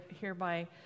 hereby